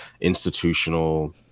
institutional